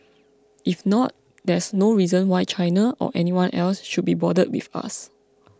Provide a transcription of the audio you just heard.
if not there's no reason why China or anyone else should be bothered with us